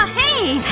ah hey!